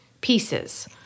pieces